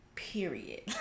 period